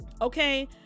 Okay